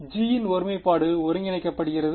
எனவே g இன் ஒருமைப்பாடு ஒருங்கிணைக்கப்படுகிறது